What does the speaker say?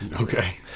Okay